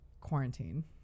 quarantine